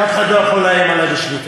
שאף אחד לא יכול לאיים עלי בשביתות.